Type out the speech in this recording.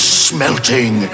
smelting